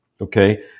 Okay